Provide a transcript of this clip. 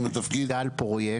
גל פרויקט,